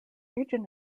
region